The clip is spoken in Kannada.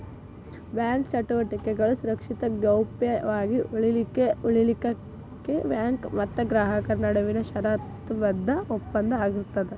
ಬ್ಯಾಂಕ ಚಟುವಟಿಕೆಗಳು ಸುರಕ್ಷಿತ ಗೌಪ್ಯ ವಾಗಿ ಉಳಿಲಿಖೆಉಳಿಲಿಕ್ಕೆ ಬ್ಯಾಂಕ್ ಮತ್ತ ಗ್ರಾಹಕರ ನಡುವಿನ ಷರತ್ತುಬದ್ಧ ಒಪ್ಪಂದ ಆಗಿರ್ತದ